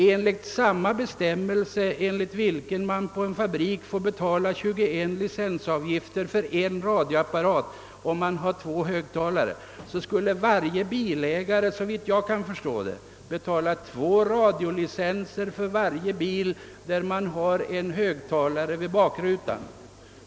Enligt den bestämmelse som stadgar att den som vid en fabrik har en radioapparat och tjugo högtalare får lösa tjugoen licenser, skulle varje bilägare såvitt jag förstår betala två radiolicenser för varje bilradio, om han har en extra högtalare vid bakrutan.